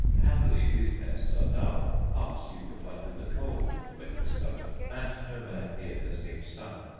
happily, these pests are dull, half-stupefied with the cold, when discovered, and no man here has been stung,